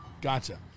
Gotcha